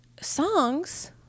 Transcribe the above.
Songs